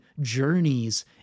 journeys